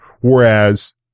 Whereas